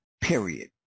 period